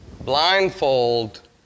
blindfold